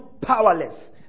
powerless